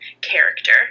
character